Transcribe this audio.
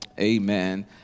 amen